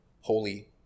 holy